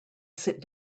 sit